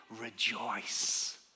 rejoice